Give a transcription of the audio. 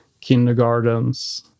kindergartens